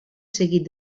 seguit